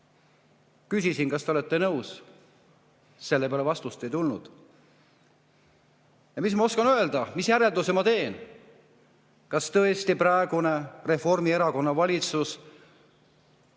Küsisin, kas te olete nõus. Selle peale vastust ei tulnud. Mis ma oskan öelda? Mis järelduse ma teen? Kas tõesti praegune Reformierakonna valitsus